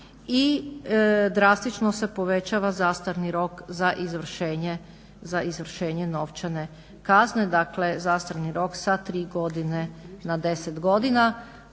I drastično se povećava zastarni rok za izvršenje novčane kazne, dakle zastarni rok sa tri godine na 10 godina.